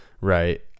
Right